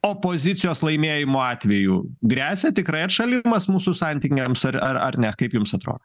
opozicijos laimėjimo atveju gresia tikrai atšalimas mūsų santykiams ar ar ar ne kaip jums atrodo